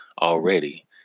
already